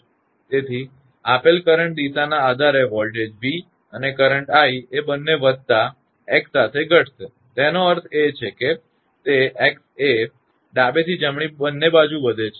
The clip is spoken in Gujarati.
તેથી આપેલ કરંટ દિશાના આધારે વોલ્ટેજ v અને કરંટ i એ બંને વધતા x સાથે ઘટશે તેનો અર્થ એ કે તે x એ ડાબેથી જમણે બંને બાજુ વધે છે